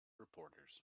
reporters